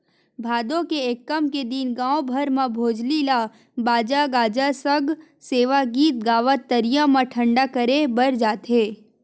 भादो के एकम के दिन गाँव भर म भोजली ल बाजा गाजा सग सेवा गीत गावत तरिया म ठंडा करे बर जाथे